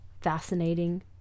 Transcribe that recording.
fascinating